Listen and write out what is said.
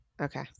okay